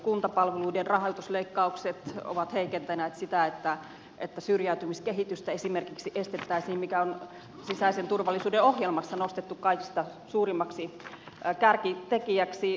kuntapalveluiden rahoitusleikkaukset ovat heikentäneet sitä että syrjäytymiskehitystä esimerkiksi estettäisiin mikä on sisäisen turvallisuuden ohjelmassa nostettu kaikista suurimmaksi kärkitekijäksi